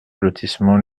lotissement